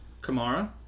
Kamara